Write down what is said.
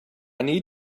need